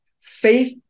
faith